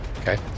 Okay